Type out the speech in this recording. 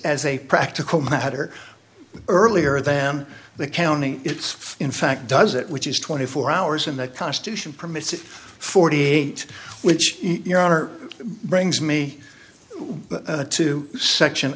as a practical matter earlier than the county it's in fact does it which is twenty four hours in the constitution permits forty eight which your honor brings me to section